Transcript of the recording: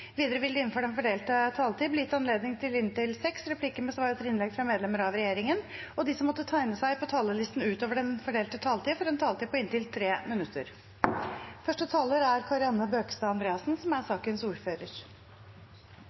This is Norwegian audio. Videre vil det – innenfor den fordelte taletid – bli gitt anledning til inntil seks replikker med svar etter innlegg fra medlemmer av regjeringen, og de som måtte tegne seg på talerlisten utover den fordelte taletid, får en taletid på inntil 3 minutter.